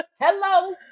Hello